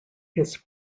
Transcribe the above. his